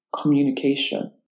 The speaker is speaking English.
communication